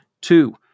Two